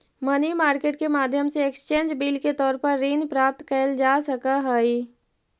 money market के माध्यम से एक्सचेंज बिल के तौर पर ऋण प्राप्त कैल जा सकऽ हई